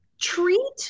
treat